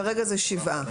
כרגע זה שבעה.